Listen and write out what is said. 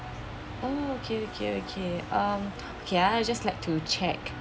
okay okay okay mm okay I just like to check